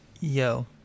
Yo